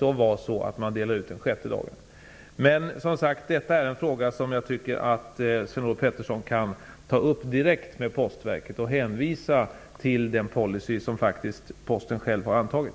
vara så att man delar ut den även på den sjätte dagen. Jag tycker dock att detta är en fråga som Sven-Olof Petersson kan ta upp direkt med Postverket och hänvisa till den policy som Posten själv har antagit.